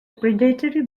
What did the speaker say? predatory